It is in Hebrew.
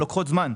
לוקחות זמן.